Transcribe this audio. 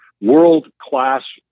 world-class